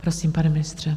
Prosím, pane ministře.